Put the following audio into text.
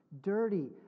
dirty